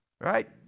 Right